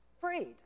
Freed